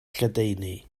lledaenu